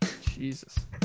Jesus